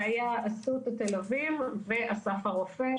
זה היה אסותא תל אביב ואסף הרופא,